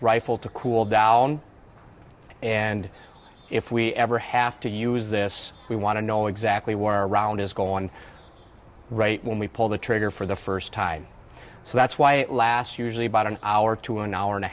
rifle to cool down and if we ever have to use this we want to know exactly where round is going right when we pull the trigger for the first time so that's why last usually about an hour to an hour and a